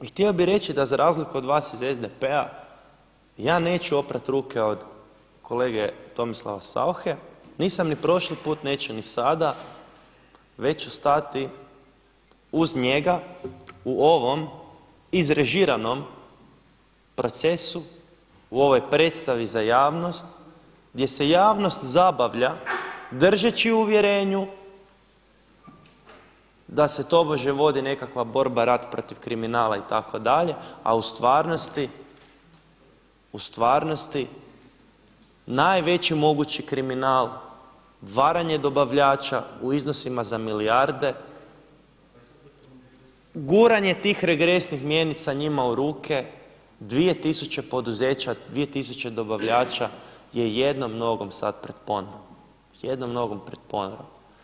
I htio bih reći da za razliku od vas iz SDP-a ja neću oprati ruke od kolege Tomislava Sauche, nisam ni prošli put, neću ni sada već ću stati uz njega u ovom izrežiranom procesu, u ovoj predstavi za javnost gdje se javnost zabavlja držeći u uvjerenju da se tobože vodi nekakva borba rat protiv kriminala itd., a u stvarnosti, u stvarnosti najveći mogući kriminal varanje dobavljača u iznosima za milijarde, guranje tih regresnih mjenica njima u ruke, 2 tisuće poduzeća, 2 tisuće dobavljača je jednom nogom sad pred ponorom, jednom nogom pred ponorom.